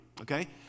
okay